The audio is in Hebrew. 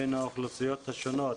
בין האוכלוסיות השונות.